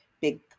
big